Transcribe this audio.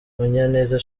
munyaneza